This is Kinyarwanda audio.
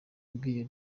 yabwiye